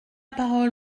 parole